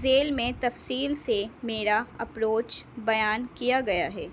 ذیل میں تفصیل سے میرا اپروچ بیان کیا گیا ہے